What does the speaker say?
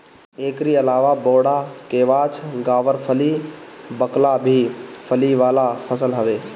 एकरी अलावा बोड़ा, केवाछ, गावरफली, बकला भी फली वाला फसल हवे